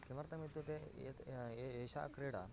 किमर्थमित्युक्ते यत् ए एषा क्रीडा